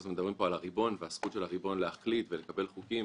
כל הזמן מדברים פה על הריבון ועל הזכות של הריבון להחליט ולקבל חוקים.